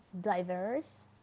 diverse